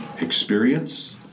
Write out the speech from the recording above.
experience